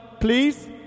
please